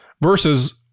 versus